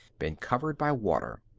been covered by water.